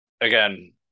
Again